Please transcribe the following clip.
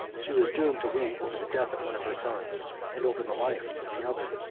she was doomed to weep over the death of one of her sons, and over the life of the other.